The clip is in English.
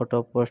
photo post